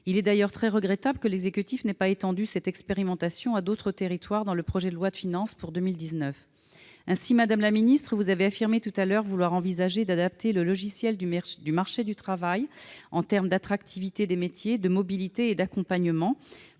Il est d'ailleurs très regrettable que l'exécutif n'ait pas étendu cette expérimentation à d'autres territoires dans le projet de loi de finances pour 2019. Ainsi, madame la ministre, vous avez affirmé précédemment vouloir envisager d'adapter le logiciel du marché du travail en termes d'attractivité des métiers, de mobilité et d'accompagnement.